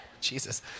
Jesus